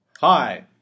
Hi